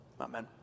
amen